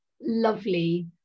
lovely